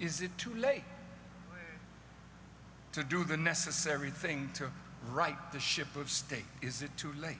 is it too late to do the necessary thing to right the ship of state is it too late